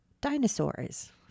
dinosaurs